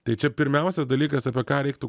tai čia pirmiausias dalykas apie ką reiktų